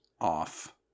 off